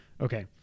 Okay